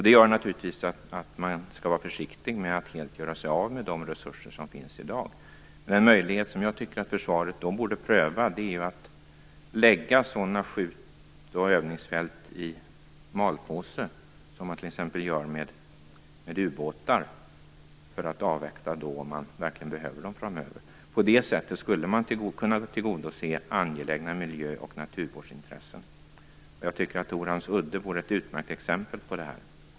Det gör naturligtvis att man skall vara försiktig med att helt göra sig av med de resurser som i dag finns. En möjlighet som jag tycker att försvaret borde pröva är att sådana här skjut och övningsfält läggs i malpåse. Det gör man ju t.ex. när det gäller ubåtar för att avvakta om man verkligen behöver dem framöver. På det sättet skulle man kunna tillgodose angelägna miljö och naturvårdsintressen. Torhamns udde vore ett utmärkt exempel. Fru talman!